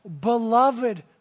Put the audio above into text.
beloved